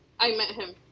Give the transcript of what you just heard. i met him